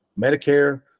Medicare